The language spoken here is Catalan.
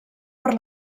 per